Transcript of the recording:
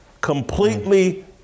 completely